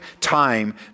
time